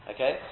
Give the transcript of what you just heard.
Okay